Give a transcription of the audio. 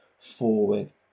forward